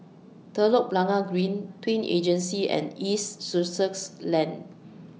Telok Blangah Green Twin Regency and East Sussex Lane